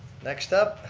next up.